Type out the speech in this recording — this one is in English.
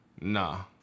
Nah